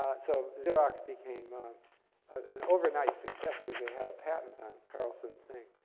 so, xerox became an overnight success, because they had a patent on carlson's thing.